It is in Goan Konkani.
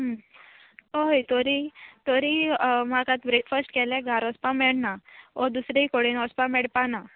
हय तोरी तोरी म्हाका आतां ब्रेकफास्ट केल्यार घारा वोचपा मेळना ओ दुसरे कडेन वसपा मेळपा ना